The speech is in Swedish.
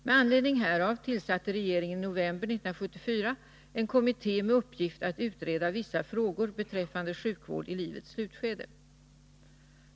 Med anledning härav tillsatte regeringen i november 1974 en kommitté med uppgift att utreda vissa frågor beträffande sjukvård i livets slutskede.